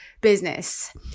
business